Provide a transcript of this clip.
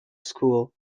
school